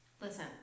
listen